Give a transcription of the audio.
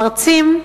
מרצים,